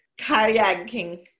kayaking